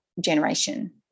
generation